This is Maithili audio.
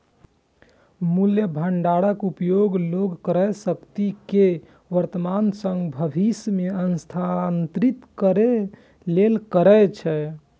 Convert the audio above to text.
मूल्य भंडारक उपयोग लोग क्रयशक्ति कें वर्तमान सं भविष्य मे स्थानांतरित करै लेल करै छै